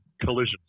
collisions